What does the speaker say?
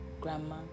Grandma